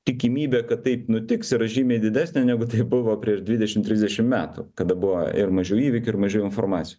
tikimybė kad taip nutiks yra žymiai didesnė negu tai buvo per dvidešim trisdešim metų kada buvo ir mažiau įvykių ir mažiau informaci